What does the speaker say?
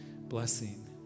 blessing